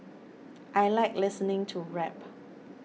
I like listening to rap